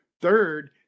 Third